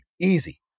easy